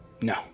No